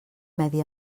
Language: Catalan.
medi